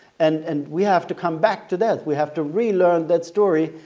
and and we have to come back to that. we have to relearn that story.